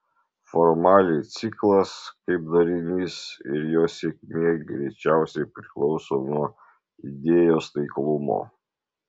formaliai ciklas kaip darinys ir jo sėkmė greičiausiai priklauso nuo idėjos taiklumo